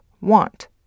want